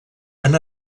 han